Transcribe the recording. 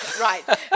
right